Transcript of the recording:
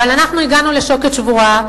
אבל אנחנו הגענו לשוקת שבורה,